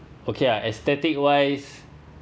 okay uh aesthetic-wise